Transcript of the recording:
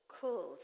called